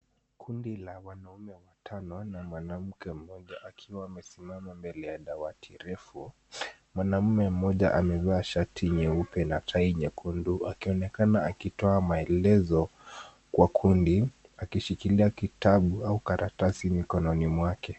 Kundi la wanaume watano na mwanamke mmoja akiwa amesimama mbele ya dawati refu. Mwanaume mmoja amevaa shati nyeupe na tai nyekundu akionekana akitoa maelezo kwa kundi akishikilia kitabu au karatasi mikononi mwake.